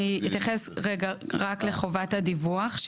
אני אתייחס רגע רק לחובת הדיווח,